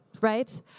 Right